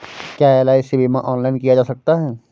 क्या एल.आई.सी बीमा ऑनलाइन किया जा सकता है?